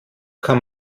kann